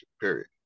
Period